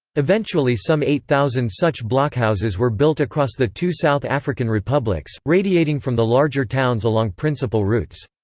eventually some eight thousand such blockhouses were built across the two south african republics, radiating from the larger towns along principal routes.